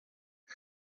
you